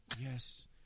Yes